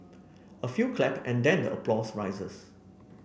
a few clap and then applause rises